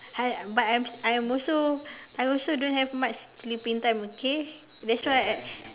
I but I'm I'm also I'm also don't have much sleeping time okay that's why I